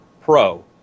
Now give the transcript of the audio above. Pro